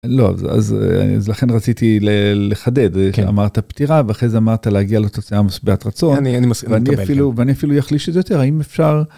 לא אז, אז לכן רציתי לחדד. אמרת פתירה ואחרי זה אמרת להגיע לתוצאה משביעת רצון אני אפילו ואני אפילו אחליש את זה יותר, האם אפשר?